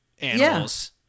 animals